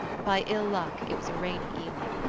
by ill luck it was a rainy evening.